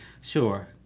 Sure